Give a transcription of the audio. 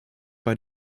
bei